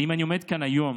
אם אני עומד כאן היום